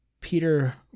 Peter